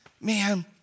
man